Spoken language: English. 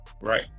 Right